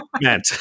meant